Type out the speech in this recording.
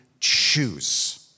choose